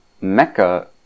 Mecca